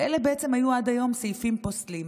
ואלה בעצם היו עד היום סעיפים פוסלים,